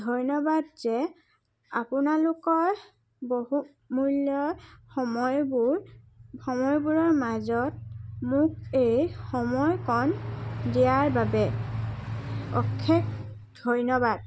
ধন্যবাদ যে আপোনালোকৰ বহু মূল্য সময়বোৰ সময়বোৰৰ মাজত মোক এই সময়কণ দিয়াৰ বাবে অশেষ ধন্যবাদ